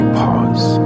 pause